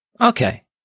Okay